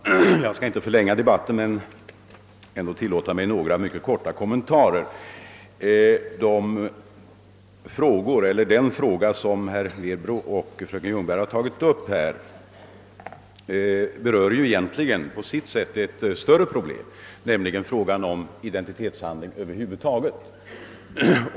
Herr talman! Jag skall inte förlänga debatten mycket, men jag vill göra några korta kommentarer. Den fråga som herr Werbro och fröken Ljungberg tagit upp berör egentligen ett större problem, nämligen frågan om identitetshandlingar över huvud taget.